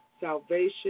salvation